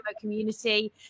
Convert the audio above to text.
community